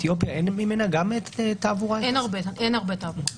אין הרבה תעבורה משם.